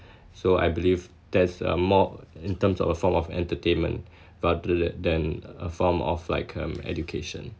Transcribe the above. so I believe that's a more in terms of a form of entertainment rather the than a form of like um education